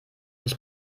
ich